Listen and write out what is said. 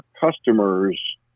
customers